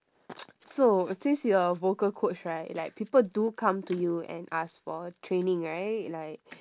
so since you are a vocal coach right like people do come to you and ask for training right like